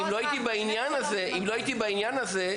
אם לא הייתי בעניין הזה,